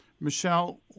Michelle